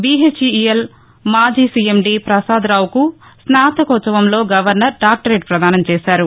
BHEL మాజీ CMD ప్రసాదరావుకు స్నాతకోత్సవంలో గవర్నర్ డాక్టరేట్ పదానం చేశారు